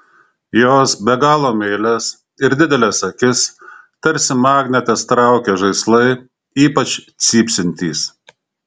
jos be galo meilias ir dideles akis tarsi magnetas traukia žaislai ypač cypsintys